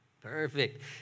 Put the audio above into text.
Perfect